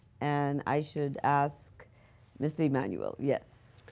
and i should ask mr. emanuel, yes.